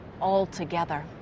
altogether